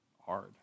hard